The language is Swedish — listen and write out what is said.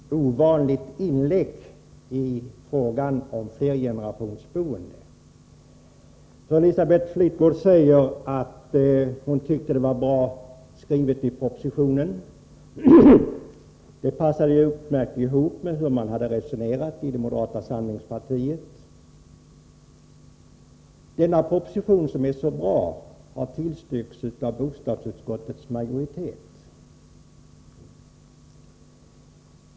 Fru talman! Det var ett något ovanligt inlägg i frågan om flergenerationsboende. Elisabeth Fleetwood säger att hon tycker propositionen var bra skriven. Den passade utmärkt ihop med hur man hade resonerat i moderata samlingspartiet. Denna proposition, som är så bra, har tillstyrkts av bostadsutskottets majoritet.